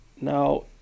now